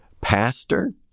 pastor